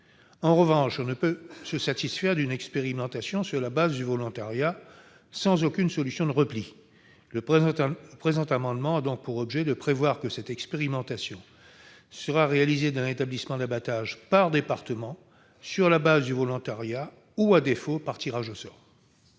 En revanche, on ne peut se satisfaire d'une expérimentation sur la base du volontariat sans aucune solution de repli. Le présent amendement a donc pour objet de prévoir que cette expérimentation sera réalisée dans un établissement d'abattage par département, sur la base du volontariat ou, à défaut, par tirage au sort.